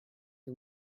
the